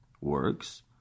works